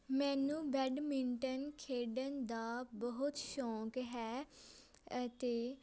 ਮੈਨੂੰ ਬੈਡਮਿੰਟਨ ਖੇਡਣ ਦਾ ਬਹੁਤ ਸ਼ੌਂਕ ਹੈ ਅਤੇ